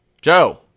Joe